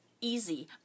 easy